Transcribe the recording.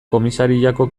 komisariako